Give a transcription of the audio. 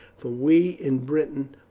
for we in britain